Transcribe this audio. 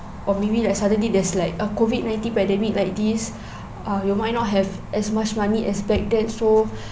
or maybe like suddenly there's like uh COVID nineteen pandemic like this uh you might not have as much money expected so